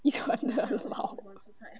遗传的 liao